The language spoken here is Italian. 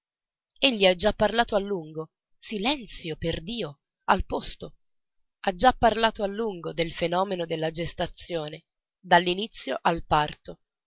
posto egli ha già parlato a lungo silenzio perdio al posto ha già parlato a lungo del fenomeno della gestazione dall'inizio al parto